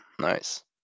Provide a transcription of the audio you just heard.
Nice